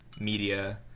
media